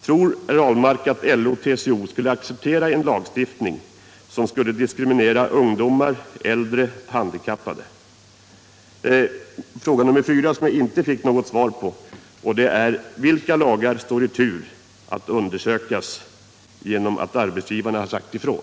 Tror Per Ahlmark att LO-TCO skulle acceptera en lagstiftning som skulle diskriminera ungdomar, äldre, handikappade? 4. Vilka lagar står i tur att undersökas genom att arbetsgivarna har sagt ifrån?